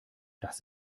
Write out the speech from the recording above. das